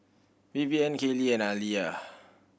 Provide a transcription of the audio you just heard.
Vivian Kaylene and Aaliyah